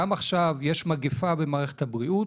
גם עכשיו יש מגפה במערכת הבריאות,